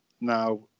Now